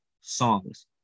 songs